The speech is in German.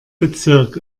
bezirk